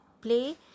play